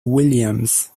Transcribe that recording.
williams